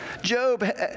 Job